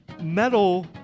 metal